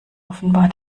offenbar